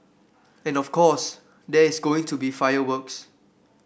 and of course there's going to be fireworks